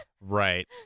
right